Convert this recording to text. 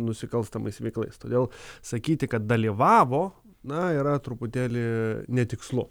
nusikalstamais veiklais todėl sakyti kad dalyvavo na yra truputėlį netikslu